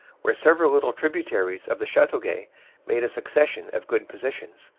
where several little tributaries of the chateauguay made a succession of good positions,